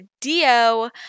Dio